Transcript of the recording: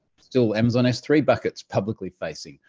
still amazon s three buckets publicly facing.